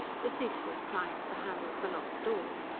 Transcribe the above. the ceaseless trying of the handle of the locked door.